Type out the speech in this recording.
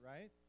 right